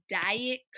Diet